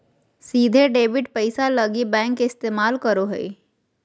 सीधे डेबिट पैसा लगी बैंक के इस्तमाल करो हइ